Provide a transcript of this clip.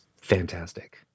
fantastic